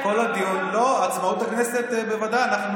כל הדיון, לא, עצמאות הכנסת, בוודאי.